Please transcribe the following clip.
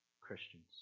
Christians